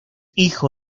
hijo